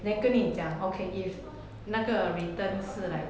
then 跟你讲 okay if 那个 return 是 like